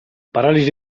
paralisi